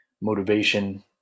motivation